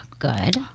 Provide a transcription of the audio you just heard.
good